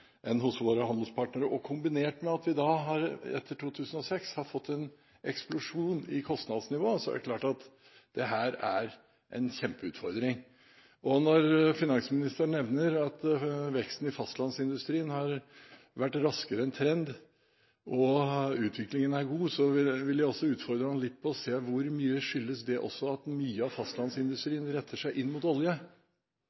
det klart at dette er en kjempeutfordring. Når finansministeren nevner at veksten i fastlandsindustrien har vært raskere enn trenden andre steder, og at utviklingen er god, vil jeg utfordre ham litt på å se på hvor mye det som skyldes at mye av